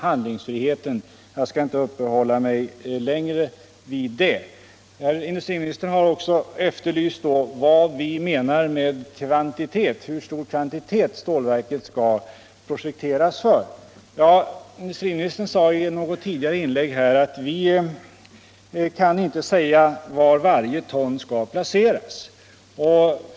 Jag skall inte uppehålla mig längre vid detta. Industriministern har också efterlyst vad vi menar med kvantitet — hur stor kvantitet stålverket skall projekteras för. I något tidigare inlägg sade industriministern att vi inte kan säga var varje ton skall placeras.